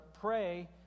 pray